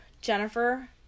Jennifer